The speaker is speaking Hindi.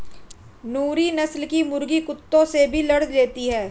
नूरी नस्ल की मुर्गी कुत्तों से भी लड़ लेती है